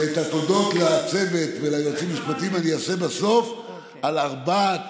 ואת התודות לצוות וליועצים המשפטיים אני אעשה בסוף על ארבעת